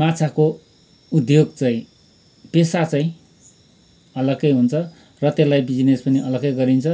माछाको उद्योग चाहिँ पेसा चाहिँ अलगै हुन्छ र त्यसलाई बिजनेस पनि अलग्गै गरिन्छ